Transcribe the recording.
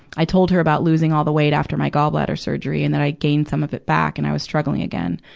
i told her about losing all the weight after my gallbladder surgery and that i gained some of it back and i was struggling again.